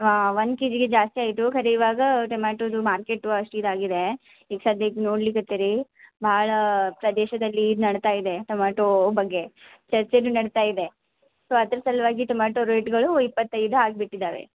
ಹಾಂ ಒನ್ ಕೆಜಿಗೆ ಜಾಸ್ತಿ ಆಯಿತು ಟಮ್ಯಾಟೋದು ಮಾರ್ಕೆಟು ಅಷ್ಟು ಇದಾಗಿದೆ ಈಗ ಸದ್ಯಕ್ಕೆ ನೋಡ್ಲಿಕ್ಹತ್ತೀರಿ ಭಾಳ ಪ್ರದೇಶದಲ್ಲಿ ನಡೀತ ಇದೆ ಟಮ್ಯಾಟೊ ಬಗ್ಗೆ ಚರ್ಚೆ ನಡೀತ ಇದೆ ಸೊ ಅದ್ರ ಸಲುವಾಗಿ ಟಮ್ಯಾಟೊ ರೇಟುಗಳು ಇಪ್ಪತ್ತೈದು ಆಗಿಬಿಟ್ಟಿದ್ದಾವೆ